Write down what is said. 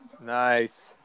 Nice